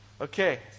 Okay